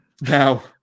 Now